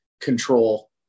control